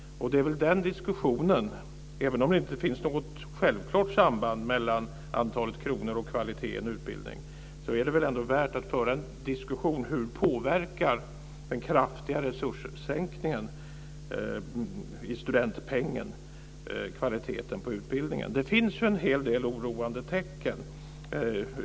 Även om det inte finns något självklart samband mellan antalet kronor och kvalitet i en utbildning är det väl ändå värt att föra en diskussion om hur den kraftiga resurssänkningen i form av studentpengen påverkar kvaliteten på utbildningen. Det finns en hel del oroande tecken.